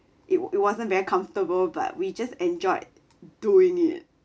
it it wasn't very comfortable but we just enjoyed doing it